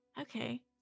Okay